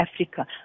Africa